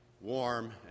warm